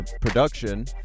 production